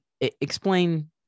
explain